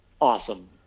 awesome